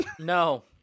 No